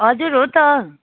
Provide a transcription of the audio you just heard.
हजुर हो त